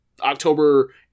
October